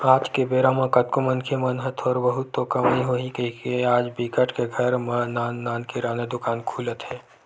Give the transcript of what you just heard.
आज के बेरा म कतको मनखे मन ह थोर बहुत तो कमई होही कहिके आज बिकट के घर म नान नान किराना दुकान खुलत हे